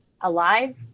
alive